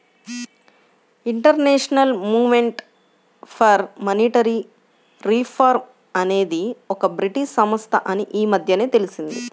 international movement for monetary reform అనేది ఒక British సంస్థ అని ఈ మధ్యనే తెలిసింది